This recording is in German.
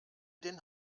den